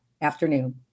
afternoon